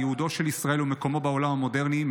על ייעודו של ישראל ומקומו בעולם המודרני,